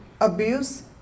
abuse